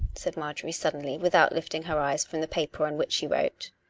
said marjorie suddenly, without lifting her eyes from the paper on which she wrote.